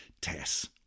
TESS